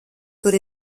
tur